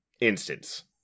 instance